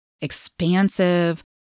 expansive